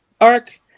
arc